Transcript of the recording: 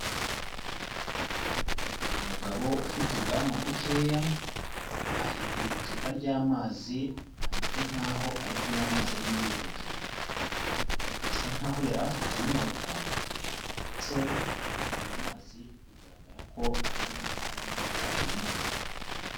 Umugabo ufite ubwanwa bukeya, afite icupa ry'amazi ameze nk'aho ari kunywa amazi ari muri iryo cupa, birasa nk'aho yari afite inyota ndetse ayo mazi bigaragara ko aramumara inyota.